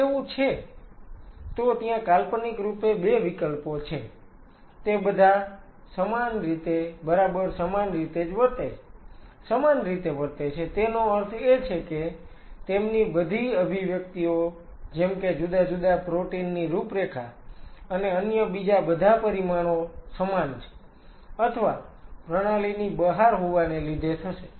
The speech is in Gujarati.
જો તેવું છે તો ત્યાં કાલ્પનિક રૂપે 2 વિકલ્પો છે તે બધા બરાબર સમાન રીતે જ વર્તે છે સમાન રીતે વર્તે છે તેનો અર્થ એ છે કે તેમની બધી અભિવ્યક્તિઓ જેમ કે જુદા જુદા પ્રોટીન ની રૂપરેખા અને અન્ય બીજા બધા પરિમાણો સમાન છે અથવા પ્રણાલીની બહાર હોવાને લીધે થશે